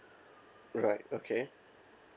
right okay